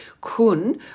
Kun